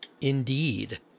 Indeed